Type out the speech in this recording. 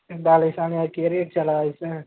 दाला दा साढ़े केह् रेट चला दा साढ़े